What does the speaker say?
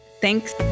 thanks